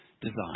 design